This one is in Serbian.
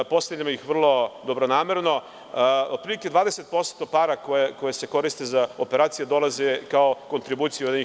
Postavio bih vrlo dobronamerno, otprilike 20% para koje se koriste za operacije, dolaze kao kontribucija UN.